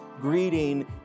greeting